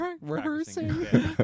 Rehearsing